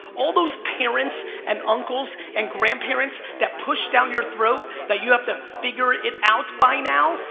all those parents and uncles and grandparents that push down your throat that you have to figure it out by now,